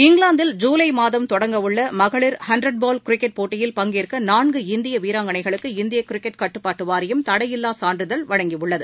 இங்கிலாந்தில் ஜுலை மாதம் தொடங்கவுள்ள மகளிர் ஹன்ட்ரட் பால் கிரிக்கெட் போட்டியில் பங்கேற்க நான்கு இந்திய வீராங்களைகளுக்கு இந்திய கிரிக்கெட் கட்டுப்பாட்டு வாரியம் தடையில்லா சான்றிதழ் வழங்கியுள்ளது